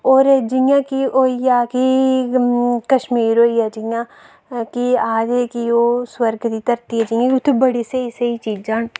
और जि'यां कि होई गेआ कि कश्मीर होई गेआ जि'यां आखदे कि ओह् सुरग दी धरती ऐ यानि कि उत्थै बड़ी स्हेई स्हे ई चीजां न